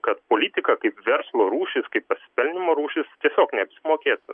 kad politika kaip verslo rūšis kaip pasipelnymo rūšis tiesiog neapsimokėtų